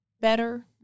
better